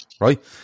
Right